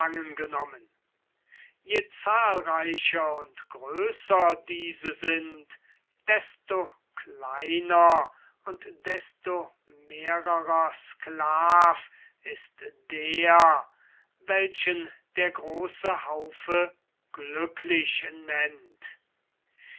genommen je zahlreicher und größer diese sind desto kleiner und desto mehrer sklav ist der welchen der große haufe glücklich nennt